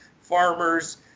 Farmers